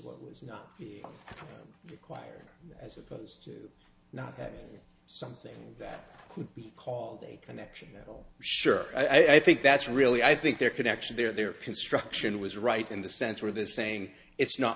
as was not required as opposed to not having something that could be called a connection at all sure i think that's really i think their connection their construction was right in the sense where this saying it's not